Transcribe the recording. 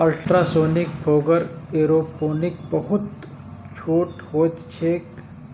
ultrasonic fogger aeroponic बहुत छोट होइत छैक